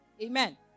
Amen